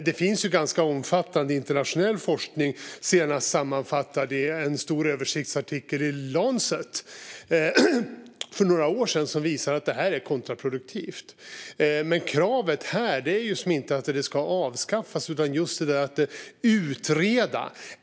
Det finns omfattande internationell forskning, som senast sammanfattades för några par år sedan i en stor översiktsartikel i The Lancet, som visar att en sådan lag är kontraproduktiv. Kravet här är inte att lagen ska avskaffas utan att det ska tillsättas en utredning.